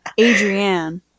Adrienne